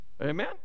Amen